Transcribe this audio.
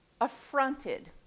Affronted